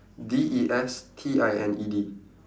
D E S T I N E D